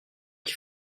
qui